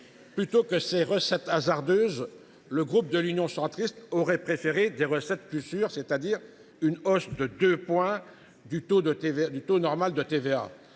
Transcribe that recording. plutôt que ces recettes hasardeuses, le groupe Union Centriste aurait préféré des recettes plus sûres. Une hausse de deux points du taux normal de TVA